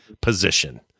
position